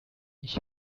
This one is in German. ich